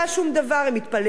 הם מתפללים בזמן